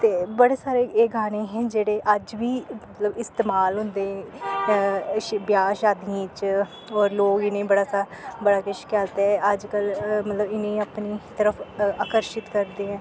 ते बड़े सारे एह् गाने हे जेह्ड़े अज वी मतलव इस्तेमाल होंदे ब्याह् शादियें च और लोग इनें बड़ा स बड़ा किश केह् आखदे अजकल्ल मतलव इनें अपनी तरफ अकर्शित करदे ऐ